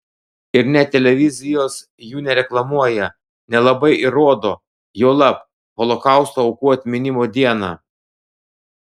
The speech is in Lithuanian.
ir net televizijos jų nereklamuoja nelabai ir rodo juolab holokausto aukų atminimo dieną